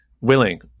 willing